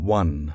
one